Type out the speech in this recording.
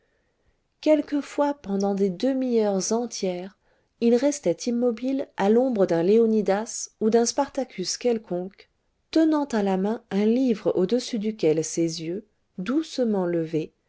quelquefois pendant des demi heures entières il restait immobile à l'ombre d'un léonidas ou d'un spartacus quelconque tenant à la main un livre au-dessus duquel ses yeux doucement levés